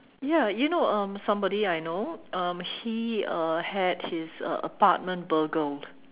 ya you know um somebody I know um he uh had his uh apartment burgled